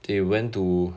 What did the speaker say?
they went to